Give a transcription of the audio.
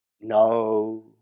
No